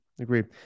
Agreed